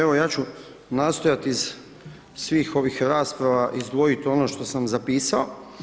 Evo ja ću nastojati iz svih ovih rasprava izdvojiti ono što sam zapisao.